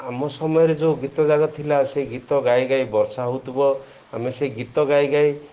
ଆମ ସମୟରେ ଯେଉଁ ଗୀତ ଜାଗ ଥିଲା ସେ ଗୀତ ଗାଇ ଗାଇ ବର୍ଷା ହଉଥିବ ଆମେ ସେ ଗୀତ ଗାଇ ଗାଇ